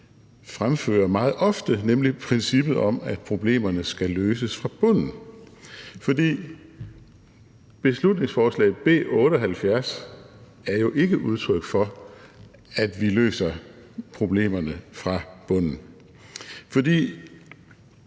fremfører meget ofte, nemlig princippet om, at problemerne skal løses fra bunden, fordi beslutningsforslag B 78 jo ikke er udtryk for, at vi løser problemerne fra bunden. For